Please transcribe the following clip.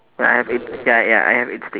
ya I have eight ya ya I have eight stick